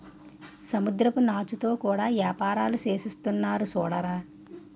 సముద్రపు నాచుతో కూడా యేపారాలు సేసేస్తున్నారు సూడరా